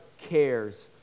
cares